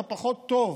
אתה פחות טוב.